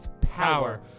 Power